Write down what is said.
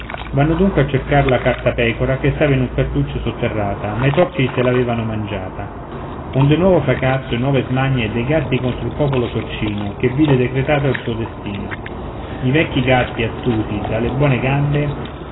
vanno dunque a cercar la cartapecora che stava in un cantuccio sotterrata ma i topi se l'avevano mangiata onde nuovo fracasso e nuove smanie dei gatti contro il popolo sorcino che vide decretato il suo destino i vecchi gatti astuti dalle buone gambe